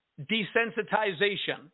desensitization